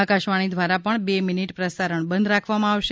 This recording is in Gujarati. આકાશવાણી દ્વારા પણ બે મિનિટ પ્રસારણ બંધ રાખવામાં આવશે